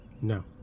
no